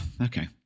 Okay